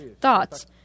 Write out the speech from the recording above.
thoughts